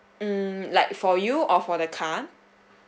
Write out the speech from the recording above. um like for you or for the car